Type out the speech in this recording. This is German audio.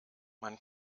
man